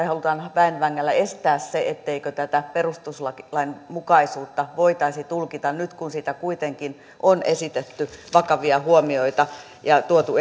halutaan väen vängällä estää se etteikö tätä perustuslainmukaisuutta voitaisi tulkita nyt kun siitä kuitenkin on esitetty vakavia huomioita ja tuotu